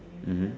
mmhmm